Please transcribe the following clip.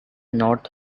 north